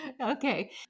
Okay